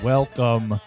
Welcome